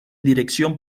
dirección